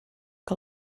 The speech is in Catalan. que